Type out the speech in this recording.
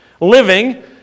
Living